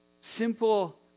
simple